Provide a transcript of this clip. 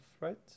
right